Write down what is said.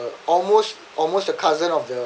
I almost almost a cousin of the